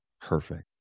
perfect